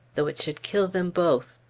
though it should kill them both.